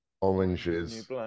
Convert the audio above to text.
Oranges